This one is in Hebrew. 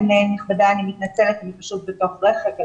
אני מתנצלת, אני ברכב.